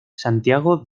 santiago